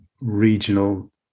regional